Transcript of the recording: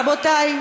רבותי,